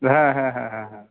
হ্যাঁ হ্যাঁ হ্যাঁ হ্যাঁ হ্যাঁ